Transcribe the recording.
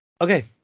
Okay